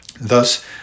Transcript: Thus